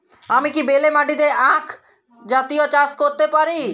আমি কি বেলে মাটিতে আক জাতীয় চাষ করতে পারি?